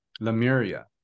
lemuria